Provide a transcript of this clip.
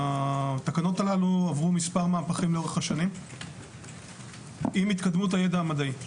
התקנות הללו עברו מספר מהפכים לאורך השנים עם התקדמות הידע המדעי.